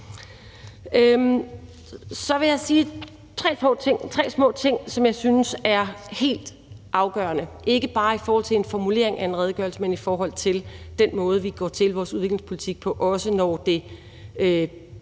Så vil jeg nævne tre små ting, som jeg synes er helt afgørende, ikke bare i forhold til formuleringen af en redegørelse, men i forhold til den måde, vi går til vores udviklingspolitik på, også når vi